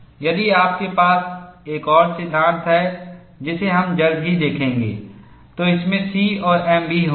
यदि आपके पास एक और सिद्धांत है जिसे हम जल्द ही देखेंगे तो इसमें C और m भी होंगे